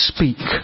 Speak